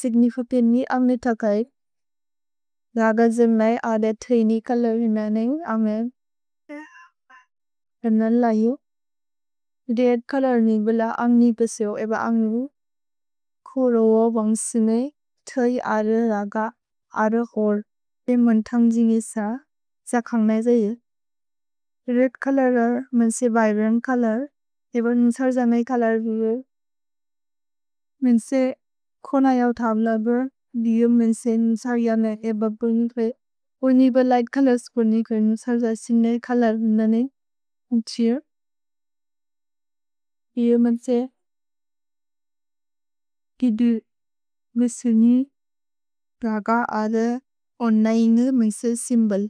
सिग्निफोपिनि अम्ने तकय्। रग जमेय् अलत् थय्नि कलर हुमनेइन् अमे। रमन् लयो। द्रेद्द् कलर्नि बिल अन्ग्निपसेओ एब अन्गु। कोरो वो वोन्ग् सिनेय् थय् अल रग अल होर्। पे मुन्तन्ग् जिनिस। त्स खन्ग् नै जयिन्। रेद्द् कलर मुन्से विब्रन्त् कलर। एब न्सर् जमेय् कलर बिरे। मुन्से कोन यव् थम् लबुर्। दियो मुन्से न्सर् जने एब पुनेपे। उनिबल् लिघ्त् कलर स्कुनि करे न्सर् जसेय्ने कलर ननेइन्। उन्छिर्। दियो मुन्से गिदु। मिसुनि। रग अल ओन इन्गु मुन्से सिम्बोल्।